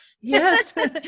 Yes